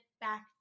back